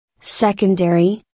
Secondary